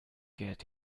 get